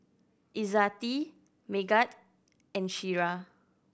Izzati Megat and Syirah